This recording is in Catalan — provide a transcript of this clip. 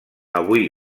avui